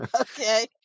okay